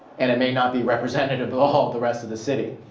and it may not be representative of all the rest of the city.